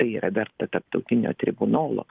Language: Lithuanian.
tai yra verta tarptautinio tribunolo